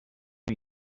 are